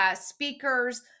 speakers